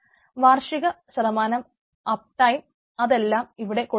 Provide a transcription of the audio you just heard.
വാർഷിക up time അതെല്ലാം ഇവിടെ കൊടുത്തിട്ടുണ്ട്